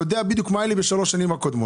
יודע בדיוק מה היה לי בשלוש השנים הקודמות.